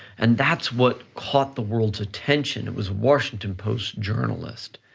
and that's what caught the world's attention, it was washington post journalist,